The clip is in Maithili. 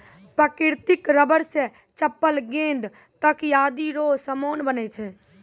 प्राकृतिक रबर से चप्पल गेंद तकयादी रो समान बनै छै